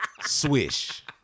Swish